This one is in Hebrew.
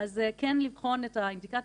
אז כן לבחון את האינדיקציות,